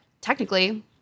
technically